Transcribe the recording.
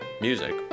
music